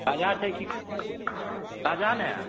ताजा छै की ताजा नहि हय